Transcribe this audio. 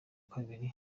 kabiri